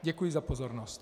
Děkuji za pozornost.